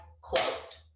closed